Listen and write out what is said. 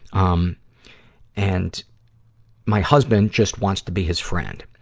um and my husband just wants to be his friend.